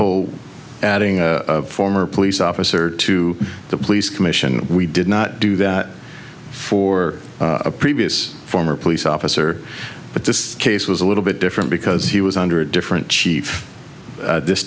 whole adding a former police officer to the police commission we did not do that for a previous former police officer but this case was a little bit different because he was under a different chief this